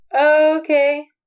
Okay